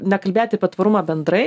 nekalbėti apie tvarumą bendrai